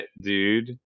dude